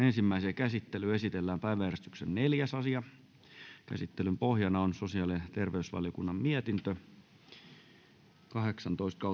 ensimmäiseen käsittelyyn esitellään päiväjärjestyksen neljäs asia käsittelyn pohjana on sosiaali ja terveysvaliokunnan mietintö kahdeksantoista